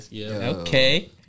Okay